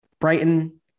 Brighton